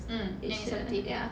um anesthesia